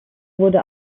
wurde